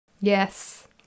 yes